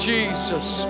Jesus